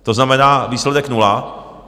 To znamená, výsledek nula.